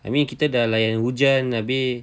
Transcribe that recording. I mean kita dah layan hujan habis